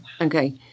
Okay